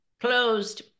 closed